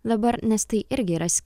dabar nes tai irgi yra